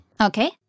Okay